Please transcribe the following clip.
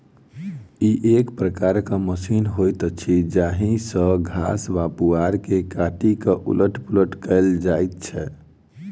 ई एक प्रकारक मशीन होइत अछि जाहि सॅ घास वा पुआर के काटि क उलट पुलट कयल जाइत छै